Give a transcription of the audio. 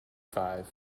five